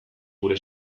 gure